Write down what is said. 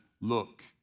Look